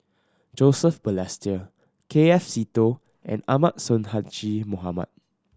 Joseph Balestier K F Seetoh and Ahmad Sonhadji Mohamad